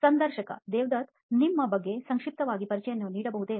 ಸಂದರ್ಶಕದೇವದತ್ ನಿಮ್ಮ ಬಗ್ಗೆ ಸಂಕ್ಷಿಪ್ತ ಪರಿಚಯವನ್ನು ನೀಡಬಹುದೇ